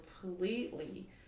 completely